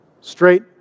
straight